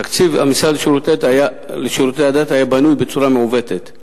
תקציב המשרד לשירותי הדת היה בנוי בצורה מעוותת.